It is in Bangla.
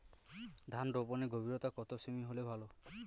ধান রোপনের গভীরতা কত সেমি হলে ভালো?